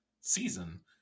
season